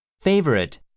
Favorite